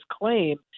claim